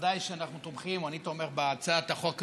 בוודאי שאנחנו תומכים, אני תומך, בהצעת החוק הזאת.